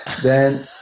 then